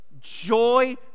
joy